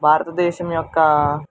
భారతదేశం యొక్క